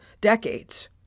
decades